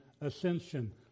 ascension